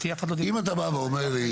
אם אתה בא ואומר לי,